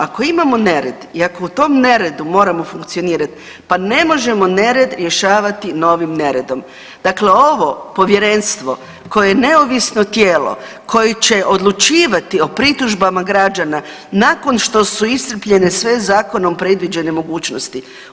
Ako imamo nered i ako u tom neredu moramo funkcionirat, pa ne možemo nered rješavati novim neredom, dakle ovo povjerenstvo koje je neovisno tijelo koji će odlučivati o pritužbama građana nakon što su iscrpljene sve zakonom predviđene mogućnosti.